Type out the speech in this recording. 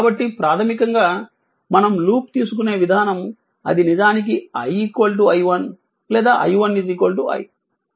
కాబట్టి ప్రాథమికంగా మనం లూప్ తీసుకునే విధానం అది నిజానికి i i 1 లేదా i 1 i